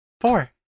Four